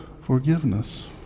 forgiveness